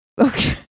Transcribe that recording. Okay